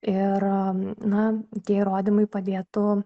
ir na tie įrodymai padėtų